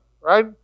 right